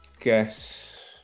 guess